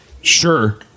Sure